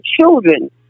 children